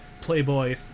playboy